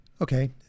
Okay